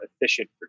efficient